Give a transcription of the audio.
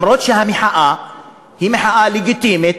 גם אם המחאה היא מחאה לגיטימית,